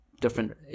different